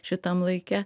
šitam laike